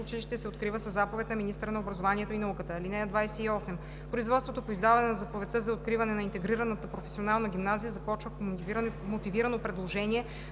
училище се открива със заповед на министъра на образованието и науката. (28) Производството по издаване на заповедта за откриване на интегрираната професионална гимназия започва по мотивирано предложение